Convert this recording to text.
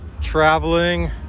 traveling